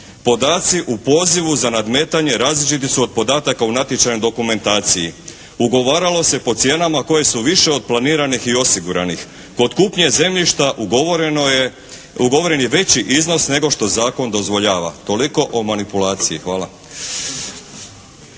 Podaci u pozivu za nadmetanje različiti su od podataka u natječajnoj dokumentaciji. Ugovaralo se po cijenama koje su više od planiranih i osiguranih. Kod kupnje zemljišta ugovoren je veći iznos nego što zakon dozvoljava. Toliko o manipulaciji. Hvala.